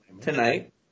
tonight